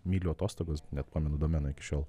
myliu atostogos net pamenu domeną iki šiol